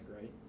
right